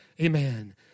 Amen